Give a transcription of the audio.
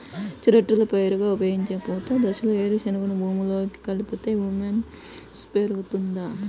పచ్చి రొట్టెల పైరుగా ఉపయోగించే పూత దశలో వేరుశెనగను భూమిలో కలిపితే హ్యూమస్ పెరుగుతుందా?